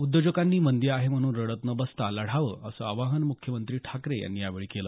उद्योजकांनी मंदी आहे म्हणून रडत न बसता लढावं असं आवाहन मुख्यमंत्री ठाकरे यांनी यावेळी केलं